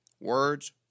words